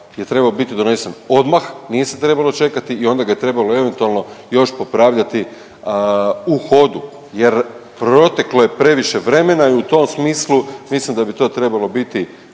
trebao biti donesen odmah, nije se trebalo čekati i onda ga je trebalo eventualno još popravljati u hodu jer proteklo je previše vremena i u tom smislu mislim da bi to trebalo biti